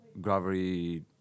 Gravity